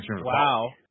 Wow